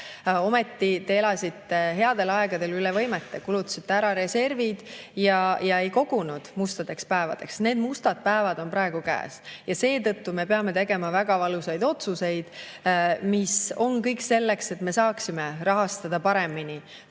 Ometi te elasite headel aegadel üle võimete, kulutasite ära reservid ega kogunud mustadeks päevadeks. Need mustad päevad on praegu käes. Seetõttu me peame tegema väga valusaid otsuseid, mis on kõik selleks, et me saaksime rahastada paremini